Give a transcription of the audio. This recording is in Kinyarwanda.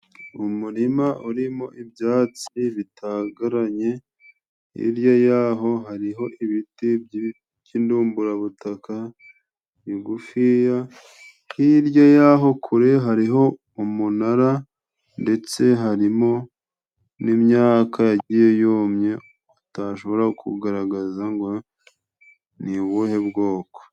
Umurima urimo ibyatsi bitagaranye, hirya yaho hariho ibiti by'indumburabutaka bigufiya, hirya yaho kure hariho umunara ndetse harimo n'imyaka yagiye yumye utashobora kugaragaza ngo ni ubuhe bwoko.